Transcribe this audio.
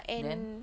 then